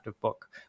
book